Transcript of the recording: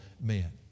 men